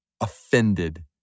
offended